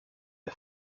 der